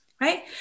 right